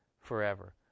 forever